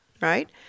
right